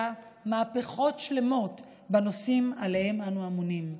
מהפכות שלמות בנושאים שעליהם אנו אמונים.